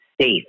safe